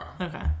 Okay